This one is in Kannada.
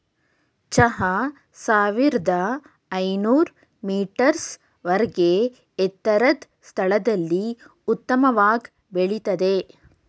ಚಹಾ ಸಾವಿರ್ದ ಐನೂರ್ ಮೀಟರ್ಸ್ ವರ್ಗೆ ಎತ್ತರದ್ ಸ್ಥಳದಲ್ಲಿ ಉತ್ತಮವಾಗ್ ಬೆಳಿತದೆ